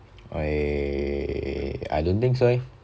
I I don't think so eh